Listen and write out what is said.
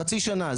חצי שנה.